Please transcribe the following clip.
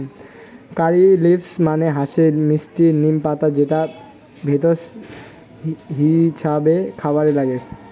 কারী leaves মানে হসে মিস্টি নিম পাতা যেটা ভেষজ হিছাবে খাবারে নাগে